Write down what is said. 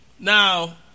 Now